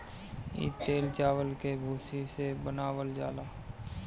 इ तेल चावल के भूसी से बनावल जाला